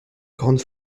grande